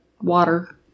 water